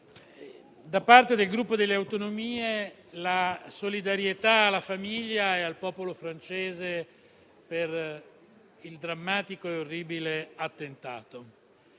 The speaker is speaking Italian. Presidente, il Gruppo per le Autonomie esprime solidarietà alla famiglia e al popolo francese per il drammatico e orribile attentato